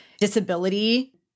disability